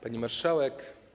Pani Marszałek!